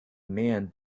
man